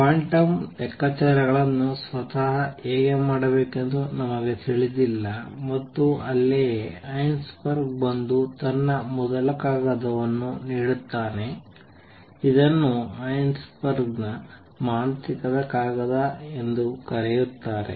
quantum ಲೆಕ್ಕಾಚಾರಗಳನ್ನು ಸ್ವತಃ ಹೇಗೆ ಮಾಡಬೇಕೆಂದು ನಮಗೆ ತಿಳಿದಿಲ್ಲ ಮತ್ತು ಅಲ್ಲಿಯೇ ಹೈಸೆನ್ಬರ್ಗ್ ಬಂದು ತನ್ನ ಮೊದಲ ಕಾಗದವನ್ನು ನೀಡುತ್ತಾನೆ ಇದನ್ನು ಹೈಸೆನ್ಬರ್ಗ್ನ ಮಾಂತ್ರಿಕ ಕಾಗದ ಎಂದೂ ಕರೆಯುತ್ತಾರೆ